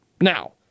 Now